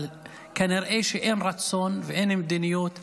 אבל כנראה שאין רצון ואין מדיניות ואין,